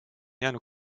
jäänud